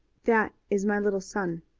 that is my little son,